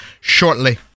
shortly